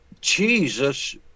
Jesus